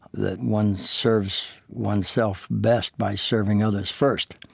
that one serves oneself best by serving others first.